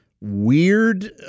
weird